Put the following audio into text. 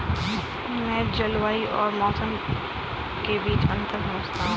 मैं जलवायु और मौसम के बीच अंतर को समझता हूं